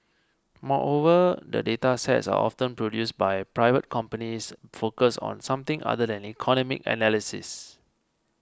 moreover the data sets are often produced by private companies focused on something other than economic analysis